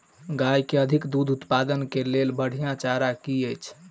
गाय केँ अधिक दुग्ध उत्पादन केँ लेल बढ़िया चारा की अछि?